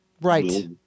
Right